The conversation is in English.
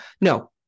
No